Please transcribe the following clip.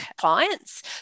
clients